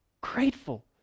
grateful